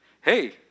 hey